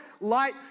light